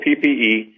PPE